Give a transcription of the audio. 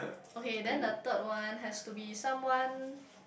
okay then the third one has to be someone